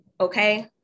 Okay